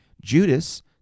Judas